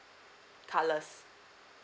colours